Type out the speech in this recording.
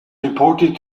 reported